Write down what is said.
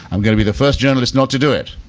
i'm going to be the first journalist not to do it.